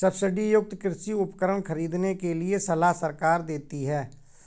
subsidy युक्त कृषि उपकरण खरीदने के लिए सलाह सरकार देती है